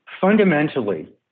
Fundamentally